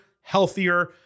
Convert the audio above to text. healthier